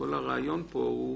כל הרעיון פה הוא